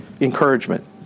encouragement